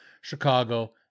Chicago